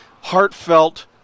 heartfelt